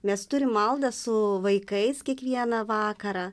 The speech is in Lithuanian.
mes turim maldą su vaikais kiekvieną vakarą